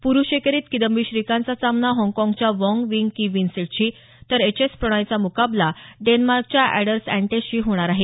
प्रुष एकेरीत किदंबी श्रीकांतचा सामना हाँगकाँगच्या वाँग विंग की विन्सेंटशी तर एचएस प्रणॉयचा मुकाबला डेन्मार्कच्या अॅडर्स अॅटन्सनशी होणार आहे